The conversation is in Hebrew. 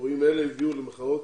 אירועים אלה הביאו למחאות